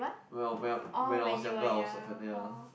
when I when I when I was younger I was affected ya